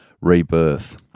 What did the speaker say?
rebirth